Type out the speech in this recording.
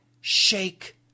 shake